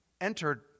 entered